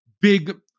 big